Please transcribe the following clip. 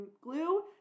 glue